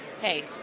hey